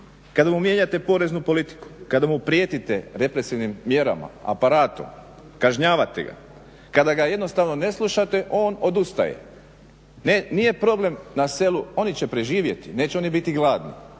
Kada mu mijenjate poreznu politiku, kada mu prijetite represivnim mjerama, aparatom, kažnjavate ga, kada ga jednostavno ne slušate on odustaje. Nije problem na selu oni će preživjeti, neće oni biti gladni